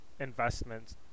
Investments